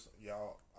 y'all